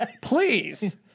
please